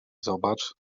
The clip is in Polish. zobacz